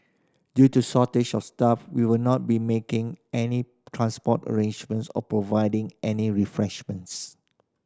due to shortage of staff we will not be making any transport arrangements or providing any refreshments